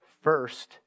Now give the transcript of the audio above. first